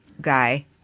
guy